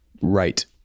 right